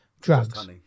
drugs